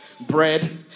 Bread